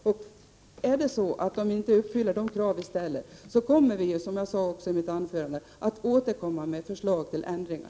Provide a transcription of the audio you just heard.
Om utskottets förslag inte uppfyller de krav som vi ställer, kommer vi, som jag sade i mitt tidigare anförande, att återkomma med förslag till ändringar.